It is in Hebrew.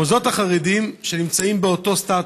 המוסדות החרדיים שנמצאים באותו סטטוס,